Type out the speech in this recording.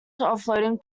floating